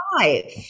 five